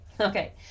Okay